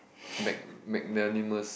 mag~ magnanimous